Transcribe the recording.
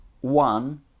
One